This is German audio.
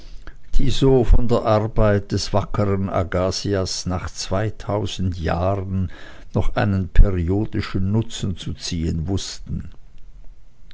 die so von der arbeit des wackern agasias nach zweitausend jahren noch einen periodischen nutzen zu ziehen wußten